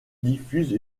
diffuse